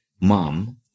mom